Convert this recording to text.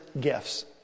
gifts